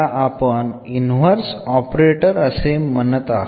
യെ inverse operator എന്ന് വിളിക്കുന്നു